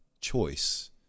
choice